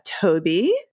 Toby